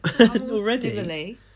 Already